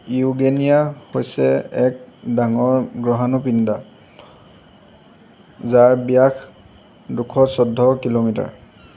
Eugenia হৈছে এক ডাঙৰ গ্ৰহাণুপিণ্ড যাৰ ব্যাস দুশ চৈধ্য কিলোমিটাৰ